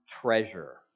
treasure